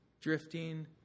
drifting